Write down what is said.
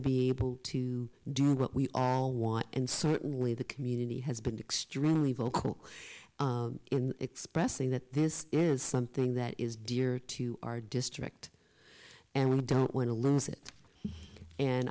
be able to do what we all want and certainly the community has been extremely vocal in expressing that this is something that is dear to our district and we don't want to lose it and